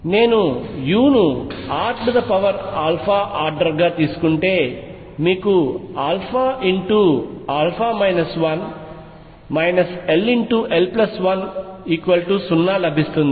నేను u ను r ఆర్డర్గా తీసుకుంటే మీకు ll10 లభిస్తుంది